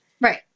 Right